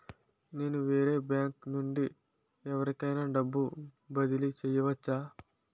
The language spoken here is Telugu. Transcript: నేను వేరే బ్యాంకు నుండి ఎవరికైనా డబ్బు బదిలీ చేయవచ్చా?